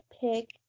pick